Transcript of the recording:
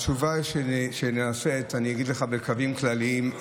התשובה שלי, ואגיד לך בקווים כלליים: